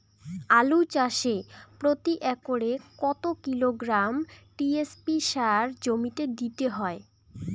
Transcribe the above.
আলু চাষে প্রতি একরে কত কিলোগ্রাম টি.এস.পি সার জমিতে দিতে হয়?